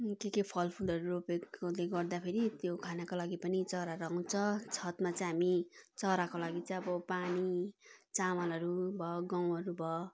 के के फल फुलहरू रोपेकोले गर्दा फेरि त्यो खानको लागि पनि चराहरू आउँछ छतमा चाहिँ हामी चराको लागि चाहिँ अब पानी चामलहरू भयो गहुँहरू भयो